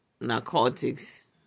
narcotics